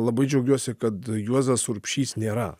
labai džiaugiuosi kad juozas urbšys nėra